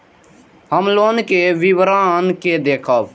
हम लोन के विवरण के देखब?